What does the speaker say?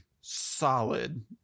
solid